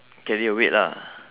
carry a weight lah